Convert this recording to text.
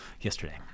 yesterday